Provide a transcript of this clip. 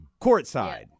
courtside